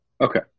Okay